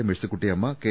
Mercykuttyamma K